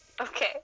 okay